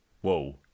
Whoa